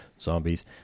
zombies